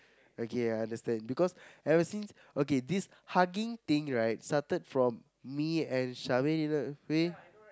okay I understand because ever since okay this hugging thing right started from me and Charmaine in a way